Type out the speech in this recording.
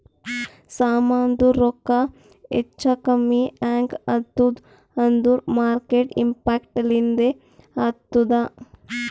ಸಾಮಾಂದು ರೊಕ್ಕಾ ಹೆಚ್ಚಾ ಕಮ್ಮಿ ಹ್ಯಾಂಗ್ ಆತ್ತುದ್ ಅಂದೂರ್ ಮಾರ್ಕೆಟ್ ಇಂಪ್ಯಾಕ್ಟ್ ಲಿಂದೆ ಆತ್ತುದ